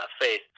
Faith